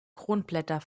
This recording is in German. kronblätter